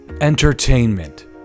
Entertainment